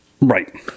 Right